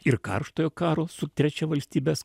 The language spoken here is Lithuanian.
ir karštojo karo su trečia valstybės